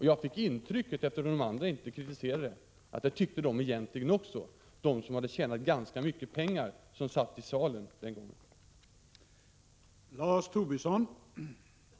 Jag fick intrycket att de andra som satt i konferenssalen, som hade tjänat ganska mycket pengar på detta, egentligen tyckte precis som jag, eftersom de inte kritiserade det jag sade.